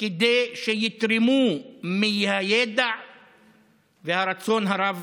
כדי שיתרמו מהידע והרצון הרב